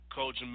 coach